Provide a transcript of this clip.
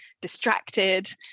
distracted